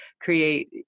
create